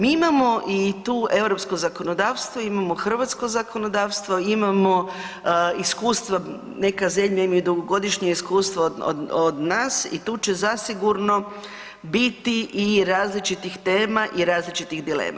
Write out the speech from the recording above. Mi imamo i tu europsko zakonodavstvo, imamo hrvatsko zakonodavstvo, imamo iskustva, neke zemlje imaju dugogodišnje iskustvo od nas i tu će zasigurno biti i različitih tema i različitih dilema.